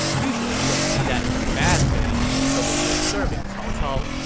usually we don't see that as a bad thing, but when you're serving cao cao,